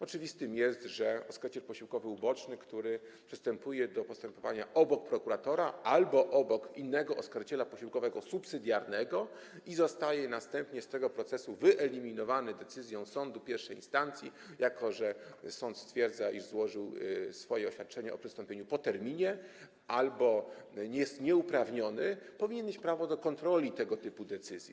Oczywiste jest, że oskarżyciel posiłkowy uboczny, który przystępuje do postępowania obok prokuratora albo obok innego oskarżyciela posiłkowego subsydiarnego i zostaje następnie z tego procesu wyeliminowany decyzją sądu I instancji, jako że sąd stwierdza, że złożył swoje oświadczenie o przystąpieniu po terminie albo jest nieuprawniony, powinien mieć prawo do kontroli tego typu decyzji.